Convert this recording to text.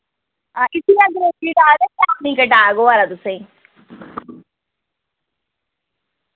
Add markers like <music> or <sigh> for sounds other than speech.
<unintelligible> panic attack होआ दा तुसें